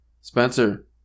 Spencer